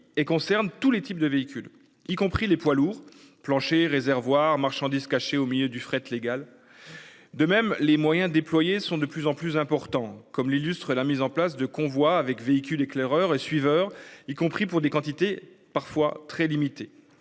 et concerne tous les types de véhicules, y compris les poids lourds plancher réservoir marchandises caché au milieu du fret légal. De même, les moyens déployés sont de plus en plus important, comme l'illustre la mise en place de convois avec véhicule éclaireur et suiveurs, y compris pour des quantités parfois très limité.